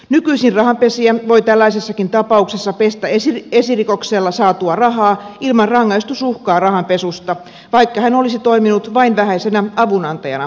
nykyisin rahanpesijä voi tällaisessakin tapauksessa pestä esirikoksella saatua rahaa ilman rangaistusuhkaa rahanpesusta vaikka hän olisi toiminut vain vähäisenä avunantajana esirikokseen